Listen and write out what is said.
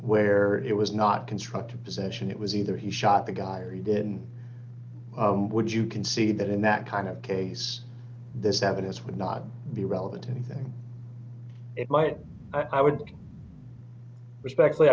where it was not constructive possession it was either he shot the guy or he didn't would you concede that in that kind of case this evidence would not be relevant to anything it might i would respectfully